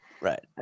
right